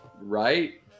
Right